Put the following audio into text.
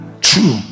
True